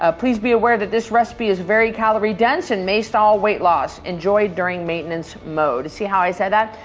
ah please be aware that this recipe is very calorie-dense and may stall weight loss. enjoy during maintenance mode. see how i said that.